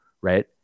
Right